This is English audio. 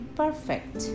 perfect